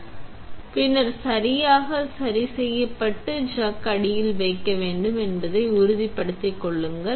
எனவே முள் சரியாக நீங்கள் சரிசெய்யப்பட்டு பின்னர் சக் அடியில் வைக்க வேண்டும் என்பதை உறுதிப்படுத்திக் கொள்ளுங்கள்